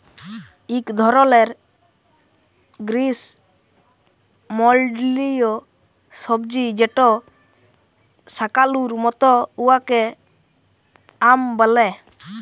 ইক ধরলের গিস্যমল্ডলীয় সবজি যেট শাকালুর মত উয়াকে য়াম ব্যলে